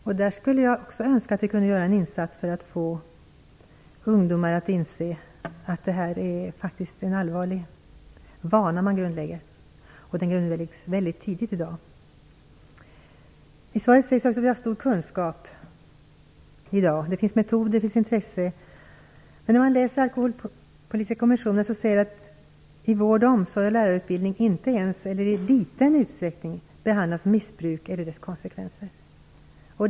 Jag skulle önska att vi kunde göra en insats för att få ungdomar att inse att det är en allvarlig ovana som de grundlägger, och som de i dag grundlägger väldigt tidigt. I svaret sägs det också att vi i dag har stor kunskap, att det finns metoder och intresse. Men när man läser vad Alkoholpolitiska kommissionen skrivit ser man att i vård och omsorgsutbildningen, liksom i lärarutbildningen, behandlas missbruk och dess konsekvenser inte alls eller i liten utsträckning.